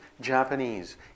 Japanese